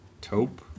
taupe